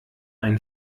ein